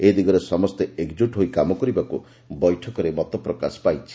ଏଦିଗରେ ସମସ୍ତେ ଏକଜ୍ଟଟ୍ ହୋଇ କାମ କରିବାକ ବୈଠକରେ ମତ ପ୍ରକାଶ ପାଇଛି